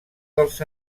dels